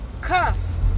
cuss